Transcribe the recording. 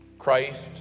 Christ